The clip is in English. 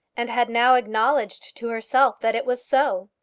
and had now acknowledged to herself that it was so.